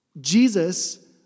Jesus